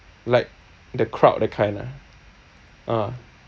like the crowd that kind ah ah